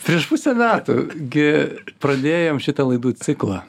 prieš pusę metų gi pradėjom šitą laidų ciklą